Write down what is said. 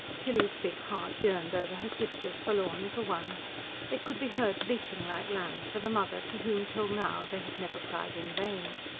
tilly's big heart yearned over her sister's forlorn little ones they could be heard bleating like lambs for the mother to whom till now they had never cried in vain.